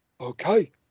Okay